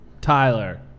Tyler